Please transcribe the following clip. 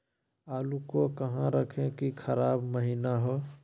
आलू को कहां रखे की खराब महिना हो?